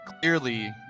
Clearly